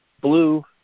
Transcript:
Blue